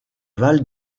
val